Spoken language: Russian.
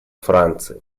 франции